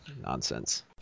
nonsense